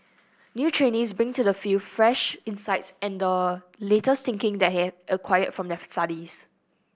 new trainees bring to the field fresh insights and the latest thinking they have acquired from their studies